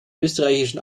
österreichischen